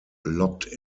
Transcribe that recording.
locked